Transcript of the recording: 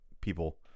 people